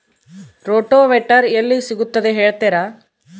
Rotavator ಎಲ್ಲಿ ಸಿಗುತ್ತದೆ ಹೇಳ್ತೇರಾ?